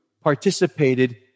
participated